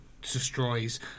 destroys